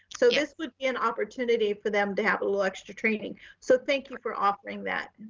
so this would be an opportunity for them to have a little extra training. so thank you for offering that.